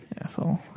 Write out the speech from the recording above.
Asshole